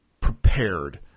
prepared